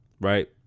right